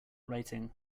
writing